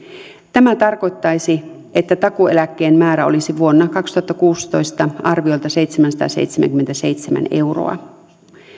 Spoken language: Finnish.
tämä tarkoittaisi että takuueläkkeen määrä olisi vuonna kaksituhattakuusitoista arviolta seitsemänsataaseitsemänkymmentäseitsemän euroa